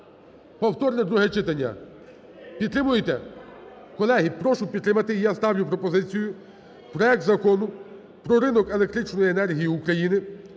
Повторне друге читання, підтримуєте? Колеги, прошу підтримати. І я ставлю пропозицію проект Закону про ринок електричної енергії України